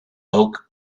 oak